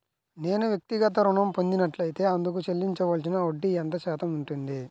నేను వ్యక్తిగత ఋణం పొందినట్లైతే అందుకు చెల్లించవలసిన వడ్డీ ఎంత శాతం ఉంటుంది?